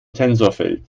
tensorfeld